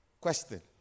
question